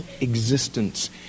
existence